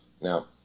Now